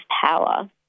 power